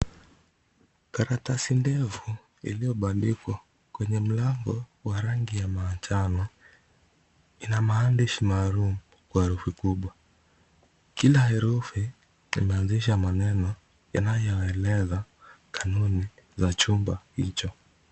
Karatasai ndefu iliyobandikwa kwenye mlango wa rangi ya manjano, ina maandishi maalum kwa herufi kubwa. Kila herufi imeanzisha maneno yanayoeleza kanuni za chumba hicho.